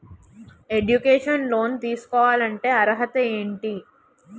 Educational loan తీసుకోవాలంటే అర్హత ఏంటి?